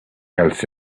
else